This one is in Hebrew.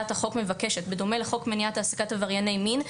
בדומה למניעת העסקת עברייני מין,